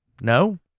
No